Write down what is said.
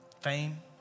fame